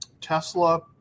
Tesla